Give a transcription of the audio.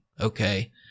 okay